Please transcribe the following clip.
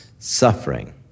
Suffering